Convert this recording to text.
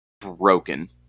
broken